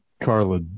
Carla